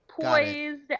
poised